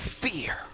Fear